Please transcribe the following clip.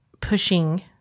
pushing